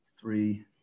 three